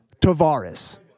Tavares